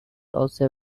also